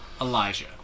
elijah